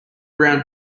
brown